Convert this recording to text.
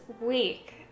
week